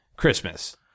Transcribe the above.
Christmas